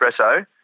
espresso